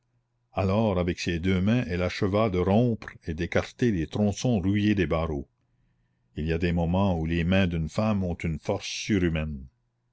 alors avec ses deux mains elle acheva de rompre et d'écarter les tronçons rouillés des barreaux il y a des moments où les mains d'une femme ont une force surhumaine